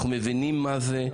אנחנו מבינים מה זה,